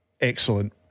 Excellent